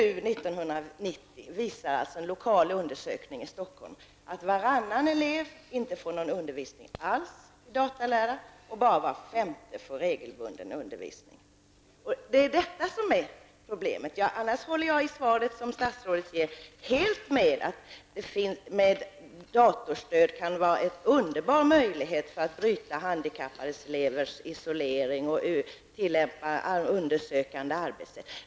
Nu, 1990, visar alltså en lokal undersökning i Stockholm att varannan elev inte får någon undervisning alls i datalära och att bara var femte får regelbunden undervisning. Det är detta som är problemet. Jag håller däremot med om det som statsrådet säger i svaret, nämligen att datorstöd kan vara en underbar möjlighet för att bryta handikappade elevers isolering och att det ger möjligheter för eleverna att tillämpa ett undersökande arbetssätt.